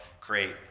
create